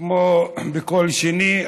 כמו בכל שני,